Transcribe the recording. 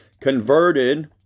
converted